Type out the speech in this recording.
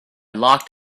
locked